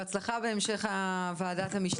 בבקשה, יהודה דורון.